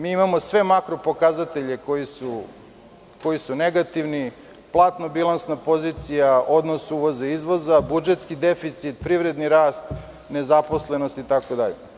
Mi imamo sve makropokazatelje koji su negativni, platno-bilansna pozicija, odnos uvoza i izvoza, budžetski deficit, privredni rast, nezaposlenost itd.